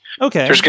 Okay